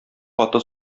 каты